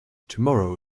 tomorrow